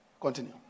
Continue